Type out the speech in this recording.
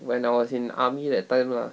when I was in army that time lah